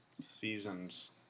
Seasons